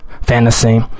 Fantasy